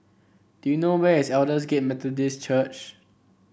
do you know where is Aldersgate Methodist Church